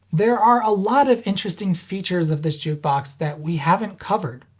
there are a lot of interesting features of this jukebox that we haven't covered.